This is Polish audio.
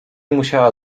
musiała